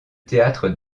théâtre